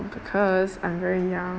because I'm very young